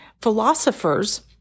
Philosophers